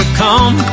come